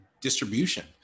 distribution